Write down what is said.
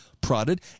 prodded